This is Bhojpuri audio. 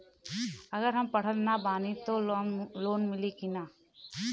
अगर हम पढ़ल ना बानी त लोन मिली कि ना?